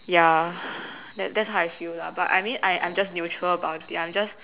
ya that that's how I feel lah but I mean I I'm just neutral about it I'm just